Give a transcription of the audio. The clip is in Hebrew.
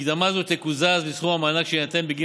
מקדמה זו תקוזז לסכום המענק שיינתן בגין